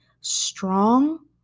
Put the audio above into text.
strong